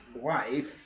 wife